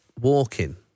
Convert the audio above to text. walking